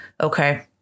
okay